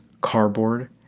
cardboard